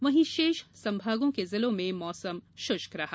वहीं शेष संभागों के जिलों में मौसम शुष्क रहा